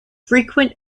frequent